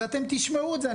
ואתם תשמעו את זה.